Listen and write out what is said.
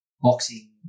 boxing